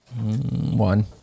One